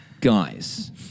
Guys